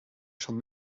shall